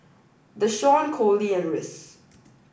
Dashawn Coley and Rhys